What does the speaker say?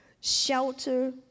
shelter